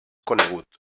conegut